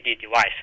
device